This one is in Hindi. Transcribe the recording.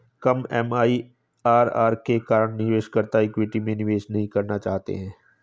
कम एम.आई.आर.आर के कारण निवेशकर्ता इक्विटी में निवेश नहीं करना चाहते हैं